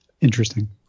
interesting